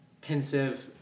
pensive